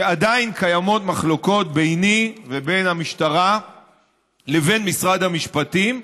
שעדיין קיימות מחלוקות ביני ובין המשטרה לבין משרד המשפטים,